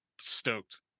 stoked